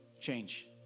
change